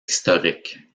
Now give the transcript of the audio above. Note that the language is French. historique